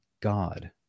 God